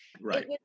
right